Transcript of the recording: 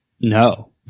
No